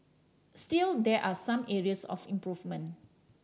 still there are some areas of improvement